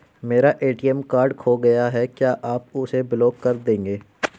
मेरा ATM card खो गया है क्या आप उसे ब्लॉक कर देंगे?